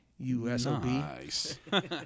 U-S-O-B